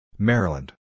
Maryland